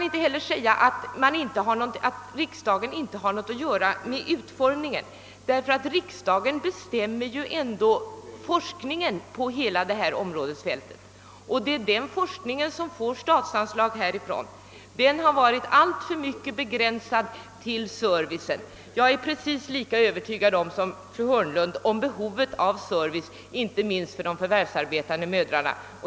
Dessutom vill jag erinra om att riksdagen bestämmer över forskningen på detta område. Det är denna forskning som härifrån beviljas statsanslag och den har alltför mycket begränsats till själva servicen. Jag är precis lika övertygad som fru Hörnlund om behovet av service, inte minst för de förvärvsarbetande mödrarna.